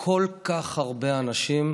לכל כך הרבה אנשים